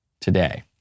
today